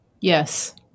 Yes